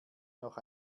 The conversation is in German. noch